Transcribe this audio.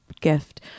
gift